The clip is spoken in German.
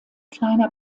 kleiner